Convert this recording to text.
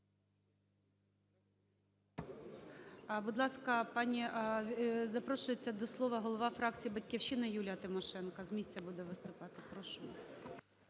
Будь ласка, пані… Запрошується до слова голова фракції "Батьківщина" Юлія Тимошенко. З місця буде виступати. Прошу.